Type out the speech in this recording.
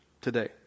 today